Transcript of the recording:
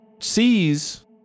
sees